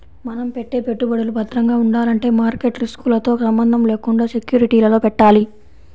మనం పెట్టే పెట్టుబడులు భద్రంగా ఉండాలంటే మార్కెట్ రిస్కులతో సంబంధం లేకుండా సెక్యూరిటీలలో పెట్టాలి